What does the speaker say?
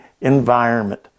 environment